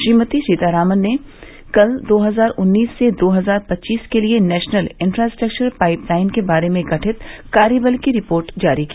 श्रीमती सीतारामन ने कल दो हजार उन्नीस से दो हजार पच्चीस के लिए नेशनल इंक्रास्ट्रक्वर पाइपलाइन के बारे में गठित कार्यवल की रिपोर्ट जारी की